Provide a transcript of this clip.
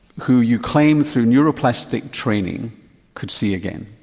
who you claim through neuroplastic training could see again.